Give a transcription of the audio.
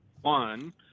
one